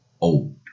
old